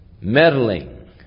Meddling